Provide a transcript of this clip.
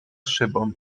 szybą